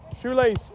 Shoelace